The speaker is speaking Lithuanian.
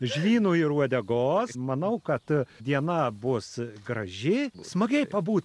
žvynų ir uodegos manau kad diena bus graži smagiai pabūti